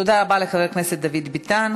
תודה רבה לחבר הכנסת דוד ביטן.